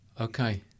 Okay